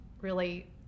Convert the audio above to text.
really-